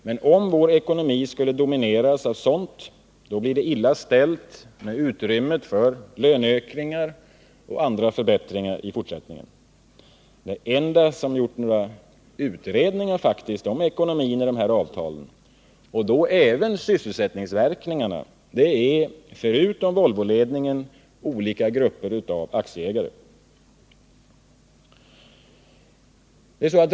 Men om vår ekonomi skulle domineras av sådant, blir det illa ställt med utrymme för löneökningar och andra förbättringar i fortsättningen. De enda som faktiskt gjort några utredningar om ekonomin i dessa avtal och då även av deras sysselsättningsverkningar är, förutom Volvoledningen, olika grupper av aktieägare.